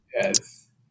yes